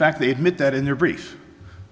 fact they admit that in their brief